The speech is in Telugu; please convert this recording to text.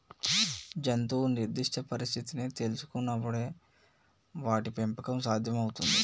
జంతువు నిర్దిష్ట పరిస్థితిని తెల్సుకునపుడే వాటి పెంపకం సాధ్యం అవుతుంది